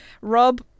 Rob